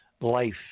life